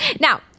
Now